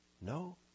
No